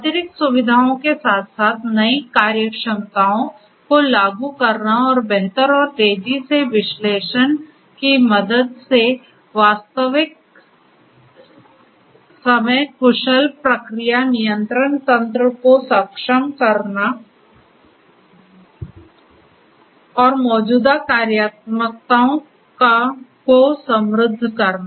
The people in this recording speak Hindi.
अतिरिक्त सुविधाओं के साथ साथ नई कार्यक्षमताओं को लागू करना और बेहतर और तेजी से विश्लेषण की मदद से वास्तविक समय कुशल प्रक्रिया नियंत्रण तंत्र को सक्षम करना और मौजूदा कार्यात्मकताओं को समृद्ध करना